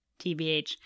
TBH